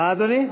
מה, אדוני?